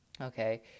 Okay